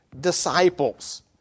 disciples